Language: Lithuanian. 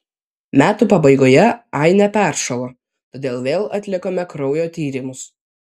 metų pabaigoje ainė peršalo todėl vėl atlikome kraujo tyrimus